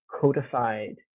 codified